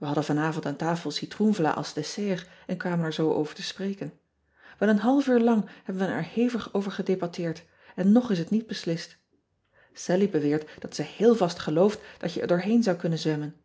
ij hadden vanavond aan tafel citroenvla als dessert en kwamen er zoo over te spreken el een half uur lang hebben we er hevig over gedebatteerd en nog is het niet beslist allie beweert dat ze heel vast gelooft dat je er doorheen zou kunnen zwemmen